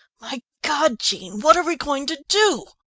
my god, jean, what are we going to do?